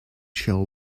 shall